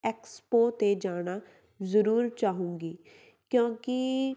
expos 'ਤੇ ਜਾਣਾ ਜ਼ਰੂਰ ਚਾਹੂੰਗੀ ਕਿਉਂਕਿ